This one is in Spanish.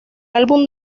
álbum